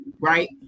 right